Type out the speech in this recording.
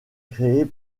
créées